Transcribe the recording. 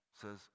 says